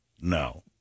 No